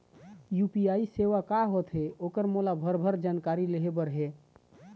UPI सेवा का होथे ओकर मोला भरभर जानकारी लेहे बर हे?